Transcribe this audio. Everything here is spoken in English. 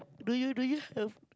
do you do you have